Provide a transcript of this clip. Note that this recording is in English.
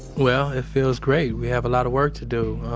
well, it feels great. we have a lot of work to do